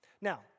Now